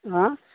آ